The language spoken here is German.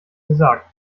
gesagt